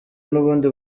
n’ubundi